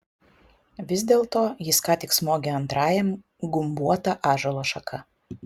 vis dėlto jis ką tik smogė antrajam gumbuota ąžuolo šaka